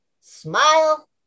smile